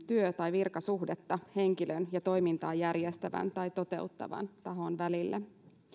työ tai virkasuhdetta henkilön ja toimintaa järjestävän tai toteuttavan tahon välille